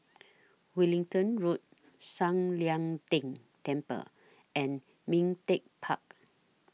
Wellington Road San Lian Deng Temple and Ming Teck Park